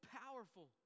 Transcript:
powerful